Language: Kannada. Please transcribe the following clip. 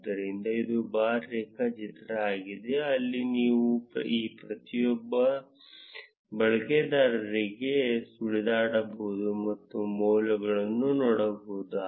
ಆದ್ದರಿಂದ ಇದು ಬಾರ್ ರೇಖಾಚಿತ್ರ ಆಗಿದೆ ಅಲ್ಲಿ ನೀವು ಈ ಪ್ರತಿಯೊಬ್ಬ ಬಳಕೆದಾರರಿಗೆ ಸುಳಿದಾಡಬಹುದು ಮತ್ತು ಮೌಲ್ಯಗಳನ್ನು ನೋಡಬಹುದು